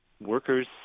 workers